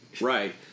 Right